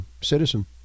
citizen